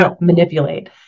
manipulate